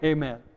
Amen